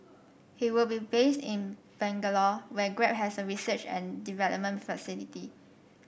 he will be based in Bangalore where Grab has a research and development facility